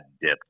dipped